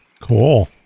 Cool